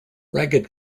ragged